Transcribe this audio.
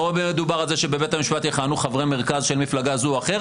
לא מדובר על זה שבבית המשפט יכהנו חברי מרכז של מפלגה זו או אחרת.